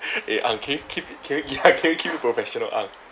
eh ang can you keep it can you ya can you keep it professional ang